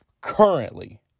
currently